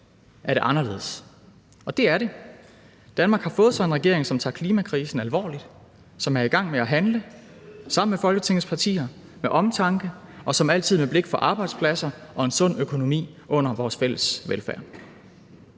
er det anderledes. Og det er det. Danmark har fået en regering, som tager klimakrisen alvorligt, som sammen med Folketingets partier er i gang med at handle med omtanke og altid med blik for arbejdspladser og en sund økonomi under vores fælles velfærd.